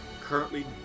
currently